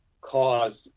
caused